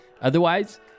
Otherwise